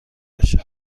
بشه